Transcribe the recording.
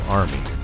army